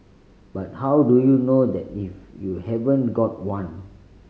but how do you know that if you haven't got one